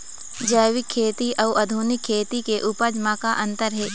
जैविक खेती अउ आधुनिक खेती के उपज म का अंतर हे?